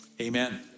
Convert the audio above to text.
Amen